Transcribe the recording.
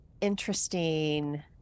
interesting